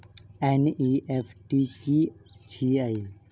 NEFT की छीयै?